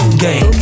gang